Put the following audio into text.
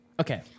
Okay